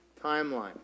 Timeline